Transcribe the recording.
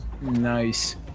Nice